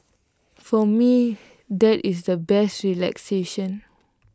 for me that is the best relaxation